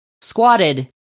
squatted